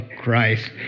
Christ